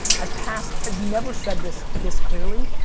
i passed, i've never said this this clearly,